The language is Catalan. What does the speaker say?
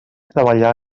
treballar